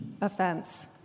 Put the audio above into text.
offense